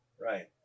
Right